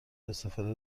استفاده